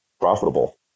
profitable